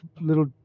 little